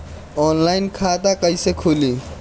Online खाता कईसे खुलि?